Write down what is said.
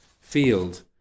field